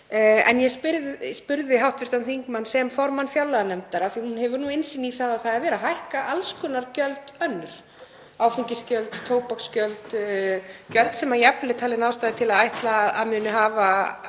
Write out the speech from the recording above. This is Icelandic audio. En ég spurði hv. þingmann sem formann fjárlaganefndar, af því hún hefur nú innsýn í það að það er verið að hækka alls konar gjöld önnur, áfengisgjöld, tóbaksgjöld, gjöld sem jafnvel er talin ástæða til að ætla að muni hafa